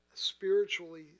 spiritually